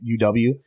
UW